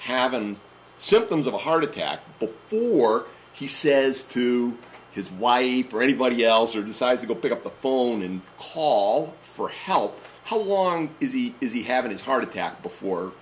haven't symptoms of a heart attack or he says to his wife or anybody else or decides to go pick up the phone and call for help how long is he is he having his heart attack before